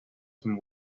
zum